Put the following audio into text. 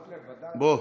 בוא,